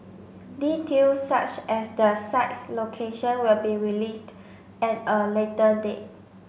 details such as the site's location will be released at a later date